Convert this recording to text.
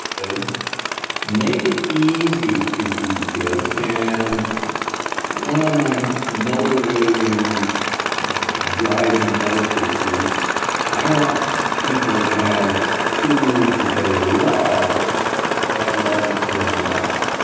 and make it easy to feed kids. and one of my motivating driving forces is i want people to have food they love but that loves them back.